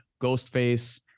Ghostface